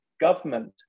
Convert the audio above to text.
government